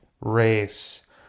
race